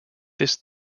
this